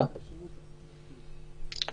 פה